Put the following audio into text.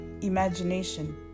imagination